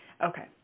Okay